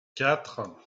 quatre